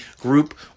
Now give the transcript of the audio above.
group